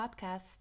podcast